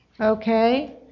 Okay